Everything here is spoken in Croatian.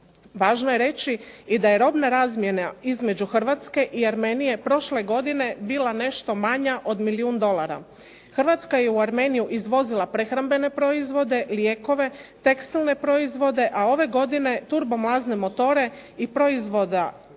Važno je reći i da je robna razmjena između Hrvatske i Armenije prošle godine bila nešto manja od milijun dolara. Hrvatska je u Armeniju izvozila prehrambene proizvode, lijekove, tekstilne proizvode, a ove godine turbo mlazne motore i proizvode od